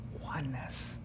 oneness